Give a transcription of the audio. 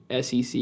SEC